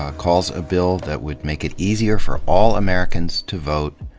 ah calls a bill that would make it easier for all americans to vote.